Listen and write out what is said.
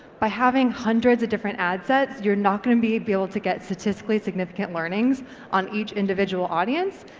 by having hundreds of different ad sets, you're not going to be be able to get statistically significant learnings on each individual audience,